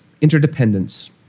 interdependence